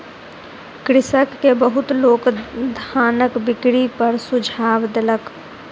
कृषक के बहुत लोक धानक बिक्री पर सुझाव देलक